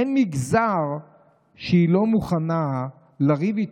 אין מגזר שהיא לא מוכנה לריב איתו.